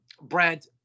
Brent